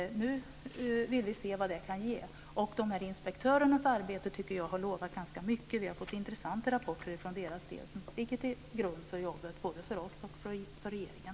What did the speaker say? Nu vill vi se vad det kan ge. Jag tycker att inspektörernas arbete har lovat ganska mycket. Vi har fått intressanta rapporter från dem som ligger till grund för jobbet både för oss och för regeringen.